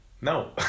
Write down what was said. no